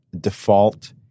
default